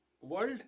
world